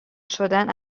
شدن